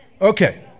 okay